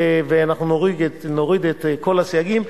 ואנחנו נוריד את כל הסייגים,